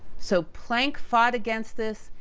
so, planck fought against this,